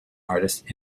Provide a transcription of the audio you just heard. artist